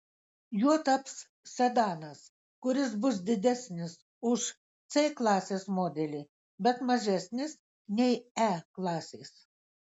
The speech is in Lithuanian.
juo taps sedanas kuris bus didesnis už c klasės modelį bet mažesnis nei e klasės